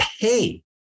pay